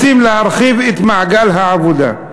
רוצים להרחיב את מעגל העבודה.